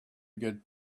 get